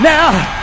Now